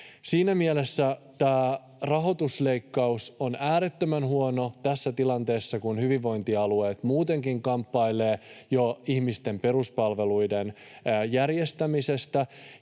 Siinä mielessä tämä rahoitusleikkaus on äärettömän huono tässä tilanteessa, kun hyvinvointialueet jo muutenkin kamppailevat ihmisten peruspalveluiden järjestämisestä,